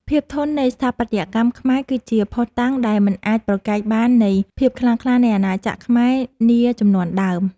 ភាពធន់នៃស្ថាបត្យកម្មខ្មែរគឺជាភស្តុតាងដែលមិនអាចប្រកែកបាននៃភាពខ្លាំងក្លានៃអាណាចក្រខ្មែរនាជំនាន់ដើម។